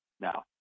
Now